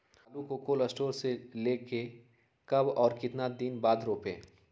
आलु को cold store से ले के कब और कितना दिन बाद रोपे?